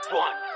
one